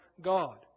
God